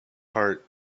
heart